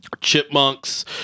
Chipmunks